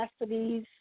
capacities